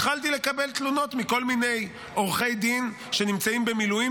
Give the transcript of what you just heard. התחלתי לקבל תלונות מכל מיני עורכי דין שנמצאים במילואים